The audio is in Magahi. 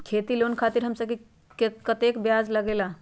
खेती लोन खातीर कम से कम कतेक ब्याज लगेला?